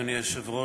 אדוני היושב-ראש,